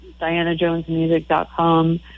dianajonesmusic.com